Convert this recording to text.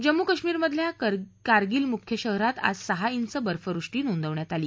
जम्मू काश्मीरमधल्या कारगील मुख्य शहरात आज सहा इंच बर्फवृष्टी नोंदवण्यात आली